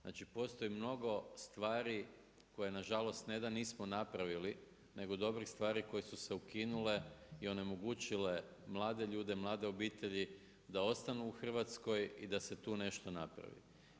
Znači, postoji mnogo stvari koje na žalost ne da nismo napravili, nego dobrih stvari koje su se ukinule i onemogućile mlade ljude, mlade obitelji da ostanu u Hrvatskoj i da se tu nešto napravi.